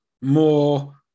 more